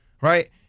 Right